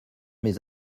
mes